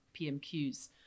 PMQs